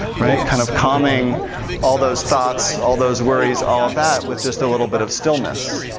kind of calming all those thoughts, all those worries, all of that with just a little bit of stillness.